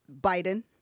Biden